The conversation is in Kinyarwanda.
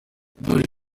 ndoli